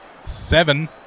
Seven